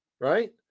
Right